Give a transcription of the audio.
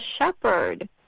shepherd